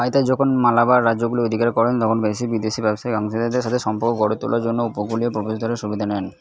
হায়দার যখন মালাবার রাজ্যগুলি অধিকার করেন তখন বেশি বিদেশী ব্যবসায়ী অংশীদারদের সাথে সম্পর্ক গড়ে তোলার জন্য উপকূলীয় প্রবেশদ্বারের সুবিধা নেন